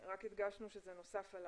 הדגשנו שב-(ג) הוספנו את "נוסף עליו".